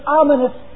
ominous